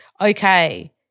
Okay